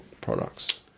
products